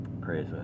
Praise